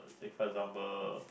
take for example